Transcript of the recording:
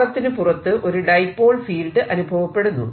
ഗോളത്തിനു പുറത്ത് ഒരു dipole field അനുഭവപ്പെടുന്നു